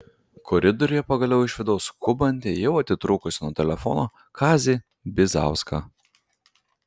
koridoriuje pagaliau išvydau skubantį jau atitrūkusį nuo telefono kazį bizauską